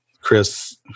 Chris